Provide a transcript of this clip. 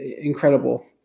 incredible